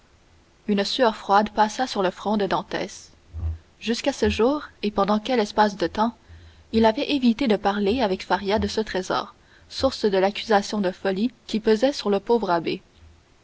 une sueur froide passa sur le front de dantès jusqu'à ce jour et pendant quel espace de temps il avait évité de parler avec faria de ce trésor source de l'accusation de folie qui pesait sur le pauvre abbé